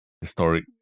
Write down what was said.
historic